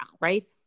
right